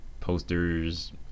posters